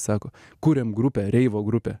sako kuriam grupę reivo grupę